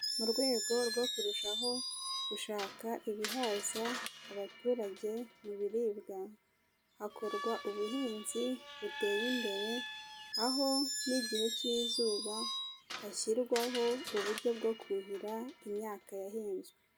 Mu rwego rwo kurushaho gushaka ibihaza abaturage mu biribwa, hakorwa ubuhinzi buteye imbere aho n'igihe cy'izuba hashyirwaho uburyo bwo kuhira imyaka yahinzwe.